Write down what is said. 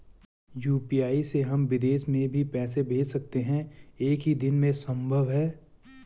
UPI से हम विदेश में भी पैसे भेज सकते हैं एक ही दिन में संभव है?